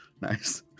Nice